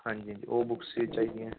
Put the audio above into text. ਹਾਂਜੀ ਹਾਂਜੀ ਉਹ ਬੁਕਸ ਹੀ ਚਾਹੀਦੀਆਂ